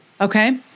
okay